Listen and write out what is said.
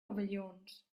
rovellons